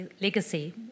legacy